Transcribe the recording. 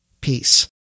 peace